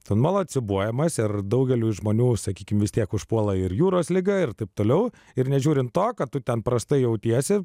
tu nuolat siūbuojamas ir daugeliui žmonių sakykim vis tiek užpuola ir jūros liga ir taip toliau ir nežiūrint to kad tu ten prastai jautiesi